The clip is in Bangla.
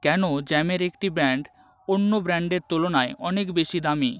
কেন জ্যামের একটি ব্র্যান্ড অন্য ব্র্যান্ডের তুলনায় অনেক বেশি দামী